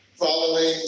Following